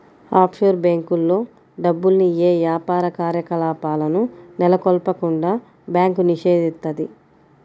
offshore బ్యేంకుల్లో డబ్బుల్ని యే యాపార కార్యకలాపాలను నెలకొల్పకుండా బ్యాంకు నిషేధిత్తది